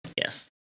Yes